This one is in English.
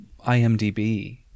IMDb